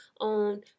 on